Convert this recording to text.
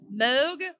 Moog